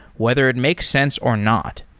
whether it makes sense or not.